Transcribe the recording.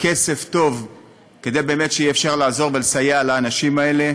כסף טוב כדי שבאמת אפשר יהיה לעזור ולסייע לאנשים האלה.